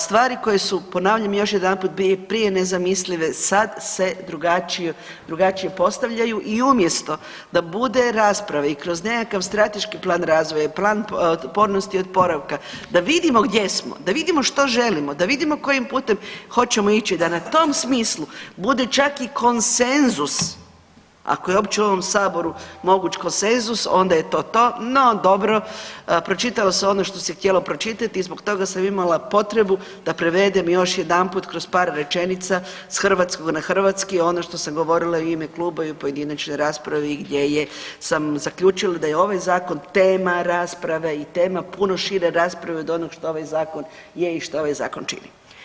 Stvari koje su ponavljam još jedanput prije nezamislive sad se drugačije postavljaju i umjesto da bude rasprava i kroz nekakav strateški plan razvoja i plan otpornosti i oporavka da vidimo gdje smo, da vidimo što želimo, da vidimo kojim putem hoćemo ići, da na tom smislu bude čak i konsenzus ako je uopće u ovom saboru moguć konsenzus onda je to to no dobro pročitalo se ono što se htjelo pročitati i zbog toga sam imala potrebu da prevedem još jedanput kroz par rečenice s hrvatskog na hrvatski ono što sam govorila i u ime kluba i u pojedinačnoj raspravi gdje je samo zaključilo da je ova zakon tema rasprave i tema puno šire rasprave od onog što ovaj zakon je i što ovaj zakon čini.